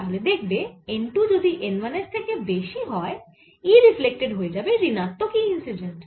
তাহলে দেখবে n 2 যদি n 1 এর থেকে বেশি হয় E রিফ্লেক্টেড হয়ে যাবে ঋণাত্মক E ইন্সিডেন্ট